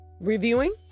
reviewing